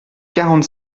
quarante